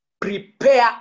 prepare